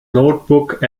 notebook